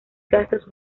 gastos